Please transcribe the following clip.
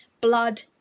blood